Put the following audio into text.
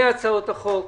שתי הצעות החוק אושרו.